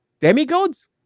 demigods